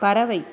பறவை